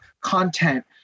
content